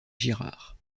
girard